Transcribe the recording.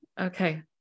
Okay